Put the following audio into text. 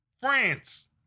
France